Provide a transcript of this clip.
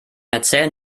erzählen